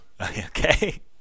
Okay